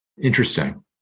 Interesting